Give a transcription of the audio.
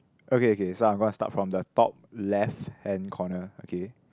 okay okay so I'm gonna start from the top left hand corner okay